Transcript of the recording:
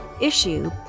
issue